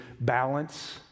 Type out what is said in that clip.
balance